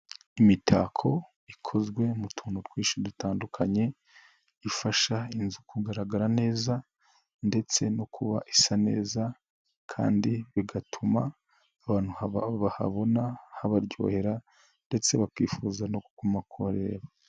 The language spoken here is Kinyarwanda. Imitako ikozwe mu tuntu twinshi dutandukanye, ifasha inzu kugaragara neza ndetse no kuba isa neza kandi bigatuma abantu bahabona habaryohera ndetse bakifuza no kuguma kurereba.